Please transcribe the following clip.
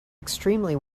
extremely